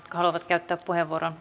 haluavat käyttää puheenvuoron